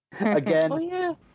again